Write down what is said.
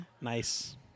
nice